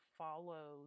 follow